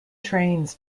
trains